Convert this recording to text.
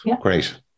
Great